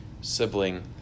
sibling